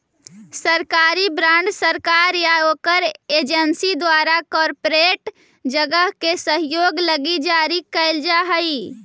सरकारी बॉन्ड सरकार या ओकर एजेंसी द्वारा कॉरपोरेट जगत के सहयोग लगी जारी कैल जा हई